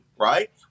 right